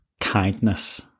kindness